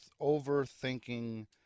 overthinking